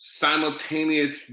simultaneous